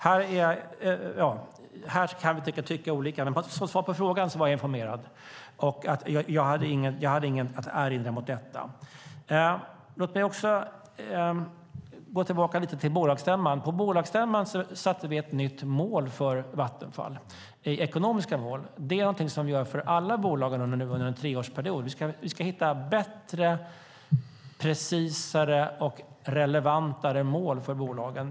Här kan vi tycka olika, men som svar på frågan kan jag säga att jag var informerad och hade inget att erinra mot det. Låt mig gå tillbaka lite grann till bolagsstämman. På bolagsstämman satte vi ett nytt ekonomiskt mål för Vattenfall. Det gör vi för alla bolag under en treårsperiod. Vi ska hitta bättre, mer precisa och mer relevanta mål för bolagen.